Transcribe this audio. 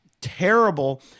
terrible